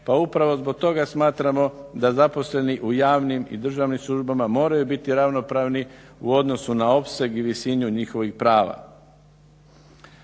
pa upravo zbog toga smatramo da zaposleni u javnim i državnim službama moraju biti ravnopravni u odnosu na opseg i visinu njihovih prava.